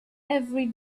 every